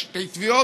יש שתי תביעות,